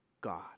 God